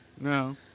No